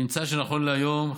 נמצא שנכון להיום,